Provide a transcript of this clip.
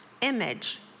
image